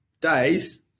days